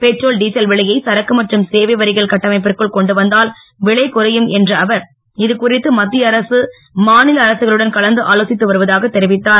petrol diesel விலையை சரக்கு மற்றும் சேவை வரிகள் கட்டமைப்பிற்குள் கொண்டுவந்தால் விலை குறையும் என்ற அவர் இது குறித்து மத்திய அரசு மாநில அரசுகளுடன் கலந்து ஆலோசித்து வருவதாக அவர் தெரிவித்தார்